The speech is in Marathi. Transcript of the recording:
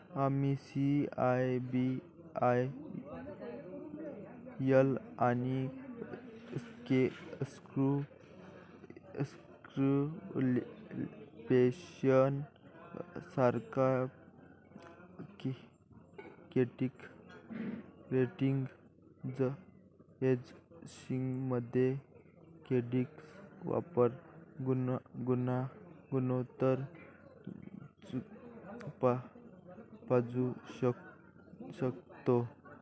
आम्ही सी.आय.बी.आय.एल आणि एक्सपेरियन सारख्या क्रेडिट रेटिंग एजन्सीमध्ये क्रेडिट वापर गुणोत्तर पाहू शकतो